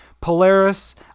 Polaris